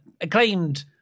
acclaimed